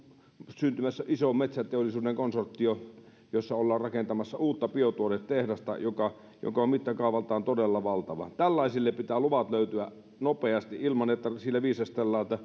syntymässä iso metsäteollisuuden konsortio jossa ollaan rakentamassa uutta biotuotetehdasta joka joka on mittakaavaltaan todella valtava tällaisille pitää luvat löytyä nopeasti ilman että viisastellaan